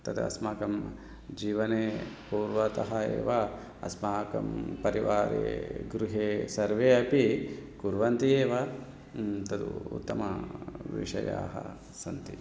तद् अस्माकं जीवने पूर्वतः एव अस्माकं परिवारे गृहे सर्वे अपि कुर्वन्ति एव तद् उत्तमविषयाः सन्ति